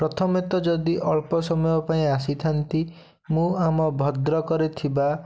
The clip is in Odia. ପ୍ରଥମେ ତ ଯଦି ଅଳ୍ପ ସମୟପାଇଁ ଆସିଥାନ୍ତି ମୁଁ ଆମ ଭଦ୍ରକରେ ଥିବା